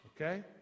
okay